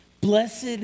Blessed